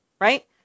Right